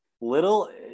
Little